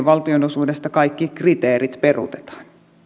valtionosuudesta kaikki kriteerit peruutetaan